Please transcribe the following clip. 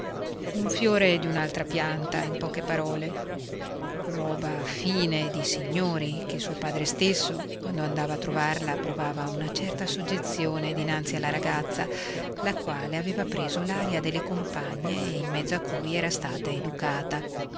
un fiore di un'altra pianta in poche parole roba fine di signori che suo padre stesso quando andava a trovarla provava una certa suggezione dinanzi alla ragazza la quale aveva preso l'aria delle compagne in mezzo a cui era stata educata